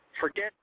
forget